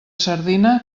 sardina